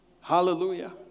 Hallelujah